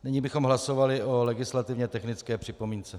Nyní bychom hlasovali o legislativně technické připomínce.